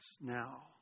Now